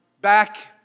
back